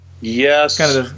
Yes